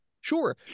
Sure